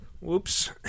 whoops